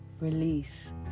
release